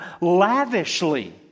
lavishly